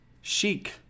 Chic